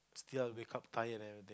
till I wake up tired and everything